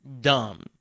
dumb